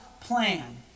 plan